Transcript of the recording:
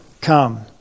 Come